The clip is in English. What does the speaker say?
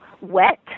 wet